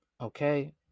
Okay